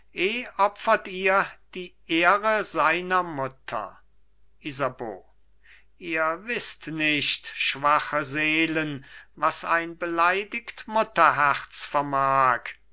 opfert ihr die ehre seiner mutter isabeau ihr wißt nicht schwache seelen was ein beleidigt mutterherz vermag